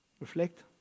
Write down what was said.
Reflect